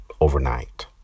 overnight